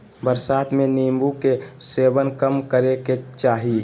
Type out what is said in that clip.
बरसात में नीम्बू के सेवन कम करे के चाही